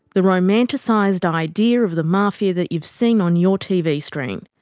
the romanticised idea of the mafia that you've seen on your tv screen.